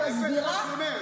זה מה שזה אומר.